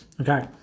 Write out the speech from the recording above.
Okay